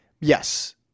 Yes